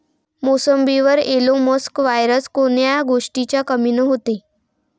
मोसंबीवर yellow mosaic virus कोन्या गोष्टीच्या कमीनं होते?